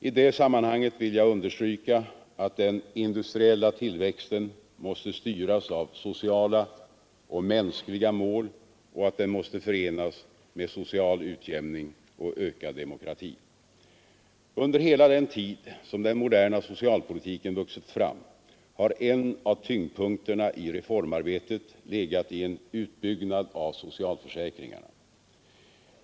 I det sammanhanget vill jag understryka, att den industriella tillväxten måste styras av sociala och mänskliga mål och att den måste förenas med social utjämning och ökad demokrati. Under hela den tid som den moderna socialpolitiken vuxit fram har en av tyngdpunkterna i reformarbetet legat i en utbyggnad av socialförsäkringarna.